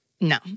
No